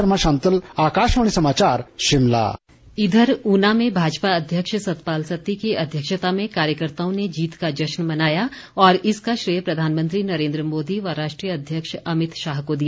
सत्ती जश्न इधर ऊना में भाजपा अध्यक्ष सतपाल सत्ती की अध्यक्षता में कार्यकर्ताओं ने जीत का जश्न मनाया और इसका श्रेय प्रधानमंत्री नरेन्द्र मोदी व राष्ट्रीय अध्यक्ष अमित शाह को दिया